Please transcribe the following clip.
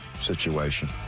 situation